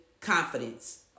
confidence